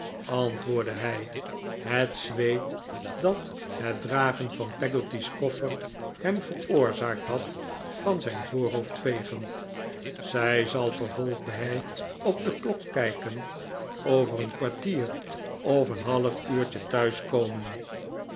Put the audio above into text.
antwoordde hij het zweet dat het dragen van peggotty's koffer hem veroorzaakt had van zijn'voorhoofd vegend zij zal vervolgde hij op de klok kijkend over een kwartier of een half uurtje